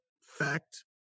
fact